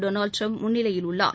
Donald Trump முன்னிலையில் உள்ளார்